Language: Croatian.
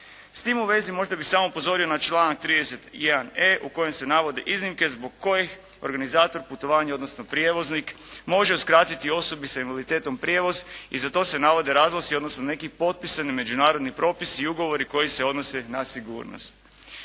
S tim u vezi možda bih samo upozorio na članak 31.e u kojem se navode iznimke zbog kojih organizator putovanja odnosno prijevoznik može uskratiti osobi s invaliditetom prijevoz i za to se navode razlozi odnosno neki potpisani međunarodni propisi i ugovori koji se odnose na sigurnost.